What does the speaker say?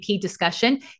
discussion